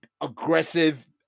aggressive